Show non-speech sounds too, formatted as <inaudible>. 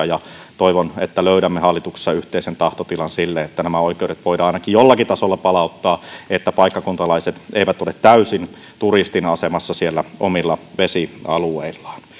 <unintelligible> ja meritaimenpitoisia toivon että löydämme hallituksessa yhteisen tahtotilan sille että nämä oikeudet voidaan ainakin jollakin tasolla palauttaa niin että paikkakuntalaiset eivät ole täysin turistin asemassa siellä omilla vesialueillaan